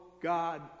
God